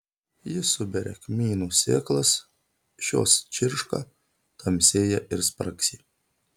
ji suberia kmynų sėklas šios čirška tamsėja ir spragsi